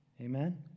Amen